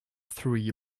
three